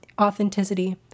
authenticity